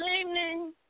evening